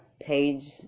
page